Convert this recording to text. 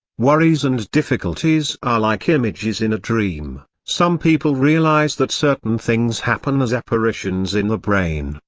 worries and difficulties are like images in a dream some people realize that certain things happen as apparitions in the brain,